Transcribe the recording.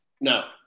No